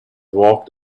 walked